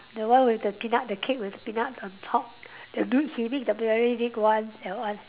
that one with the peanut the cake with peanut on top the he make the very big one that one